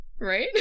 Right